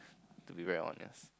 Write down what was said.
to be very honest